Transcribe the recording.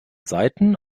saiten